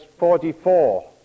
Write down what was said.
44